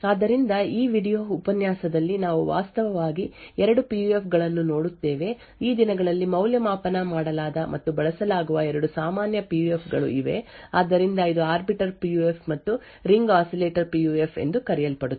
ಆದ್ದರಿಂದ ಈ ವೀಡಿಯೊ ಉಪನ್ಯಾಸದಲ್ಲಿ ನಾವು ವಾಸ್ತವವಾಗಿ ಎರಡು ಪಿ ಯು ಎಫ್ ಗಳನ್ನು ನೋಡುತ್ತೇವೆ ಈ ದಿನಗಳಲ್ಲಿ ಮೌಲ್ಯಮಾಪನ ಮಾಡಲಾದ ಮತ್ತು ಬಳಸಲಾಗುವ 2 ಸಾಮಾನ್ಯ ಪಿ ಯು ಎಫ್ ಗಳು ಇವು ಆದ್ದರಿಂದ ಇದು ಆರ್ಬಿಟರ್ ಪಿ ಯು ಎಫ್ ಮತ್ತು ring oscillator P U F ಎಂದು ಕರೆಯಲ್ಪಡುತ್ತದೆ